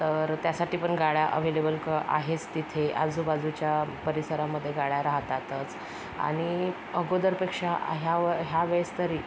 तर त्यासाठी पण गाड्या अव्हेलेबल क आहेच तिथे आजूबाजूच्या परिसरामध्ये गाड्या राहतातच आणि अगोदरपेक्षा ह्या ह्या वेळेस तरी